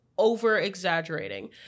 over-exaggerating